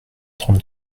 trente